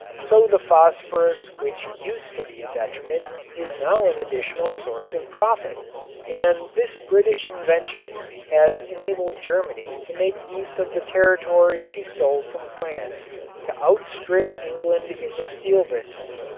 so the phosphorus which used to be a detriment is now an additional source of profit and this british invention has enabled germany to make use of the territory she stole from france to outstrip england in the steel business.